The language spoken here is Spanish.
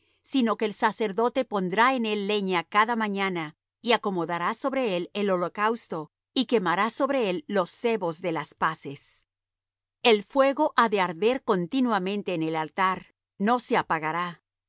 sino que el sacerdote pondrá en él leña cada mañana y acomodará sobre él el holocausto y quemará sobre él los sebos de las paces el fuego ha de arder continuamente en el altar no se apagará